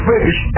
Fish